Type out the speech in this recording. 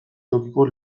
tokiko